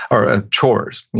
or ah chores,